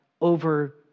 over